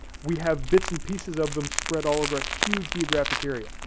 we have bits and pieces of them spread all over a huge geographic area.